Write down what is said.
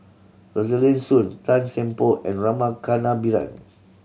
Rosaline Soon Tan Seng Poh and Rama Kannabiran